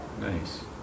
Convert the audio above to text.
nice